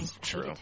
True